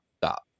stop